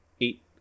eight